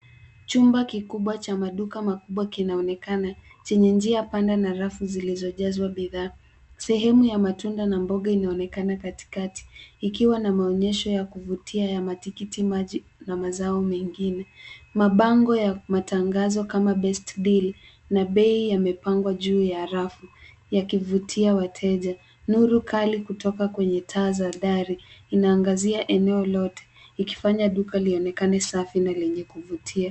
Chumba kikubwa cha maduka makubwa kinaonekana chenye njia pana, na rafu zilizojazwa bidhaa. Sehemu ya matunda na mboga inaonekana katikati, ikiwa na maonyesho ya kuvutia ya matikiti maji, na mazao megine. Mabango ya matangazo kama Best Deal na bei yamepangwa juu ya rafu yakivutia wateja. Nuru kali kutoka kwenye taa za dari inaangazia eneo lote ikifanya duka lionekane safi na lenye kuvutia.